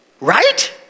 Right